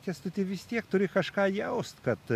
kęstuti vis tiek turi kažką jaust kad